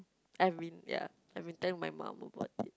I mean ya I've been telling my mum about it